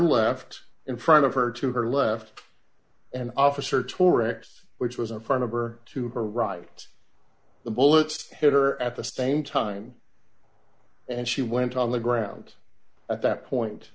left in front of her to her left and officer torics which was in front of her to her right the bullet hit her at the same time and she went on the ground at that point